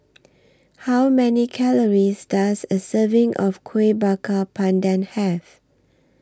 How Many Calories Does A Serving of Kuih Bakar Pandan Have